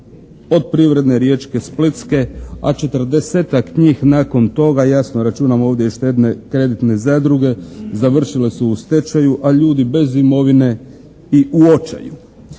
od Privredne, Riječke, Splitske a četrdesetak njih nakon toga, jasno računam ovdje i štedno-kreditne zadruge završile su u stečaju a ljudi bez imovine i u očaju.